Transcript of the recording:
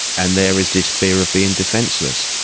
and there is this fear of being defenceless.